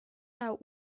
out